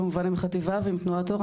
כמובן עם החטיבה ועם תנוער אור.